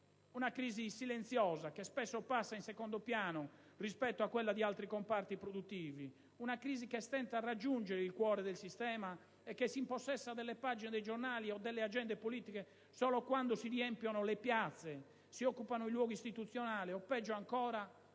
Una crisi silenziosa che spesso passa in secondo piano rispetto a quella di altri comparti produttivi, una crisi che stenta a raggiungere il cuore del sistema e che si impossessa delle pagine dei giornali o delle agende politiche solo quando si riempiono le piazze, si occupano i luoghi istituzionali o peggio ancora